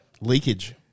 Leakage